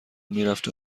میرفت